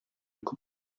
күп